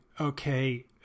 okay